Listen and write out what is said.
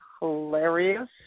hilarious